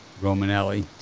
Romanelli